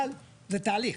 אבל, זה תהליך.